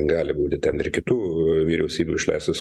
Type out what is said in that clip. gali būti ten ir kitų vyriausybių išleistos